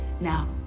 Now